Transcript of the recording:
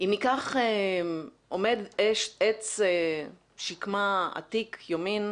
אם עומד עץ שקמה עתיק יומין